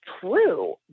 true